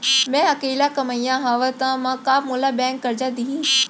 मैं अकेल्ला कमईया हव त का मोल बैंक करजा दिही?